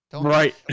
Right